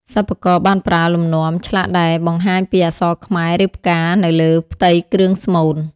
សិប្បករបានប្រើ លំនាំ ឆ្លាក់ដែលបង្ហាញពីអក្សរខ្មែរ ឬផ្កានៅលើផ្ទៃគ្រឿងស្មូន។